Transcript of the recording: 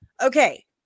okay